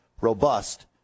robust